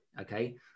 okay